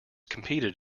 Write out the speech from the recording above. competed